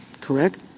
correct